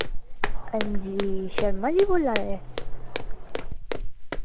हां जी शर्मा जी बोल्ला दे